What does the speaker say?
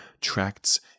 Tracts